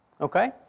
Okay